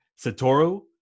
Satoru